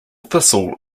thistle